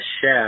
chef